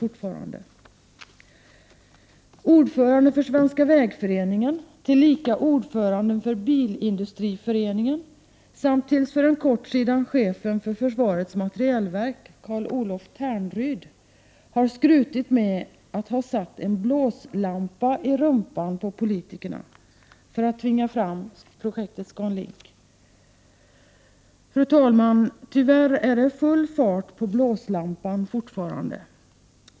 Ordföranden för Svenska vägföreningen, tillika ordförande för Bilindustriföreningen samt till för kort tid sedan chef för försvarets materielverk, Carl-Olof Ternryd, har skrutit med att ha satt ”en blåslampa i rumpan på politikerna” för att tvinga fram projektet ScanLink. Fru talman! Tyvärr är det full fart på blåslampan fortfarande.